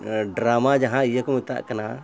drama ᱡᱟᱦᱟᱸ ᱤᱭᱟᱹ ᱠᱚ ᱢᱮᱛᱟᱜ ᱠᱟᱱᱟ